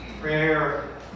Prayer